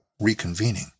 reconvening